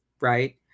right